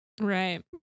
right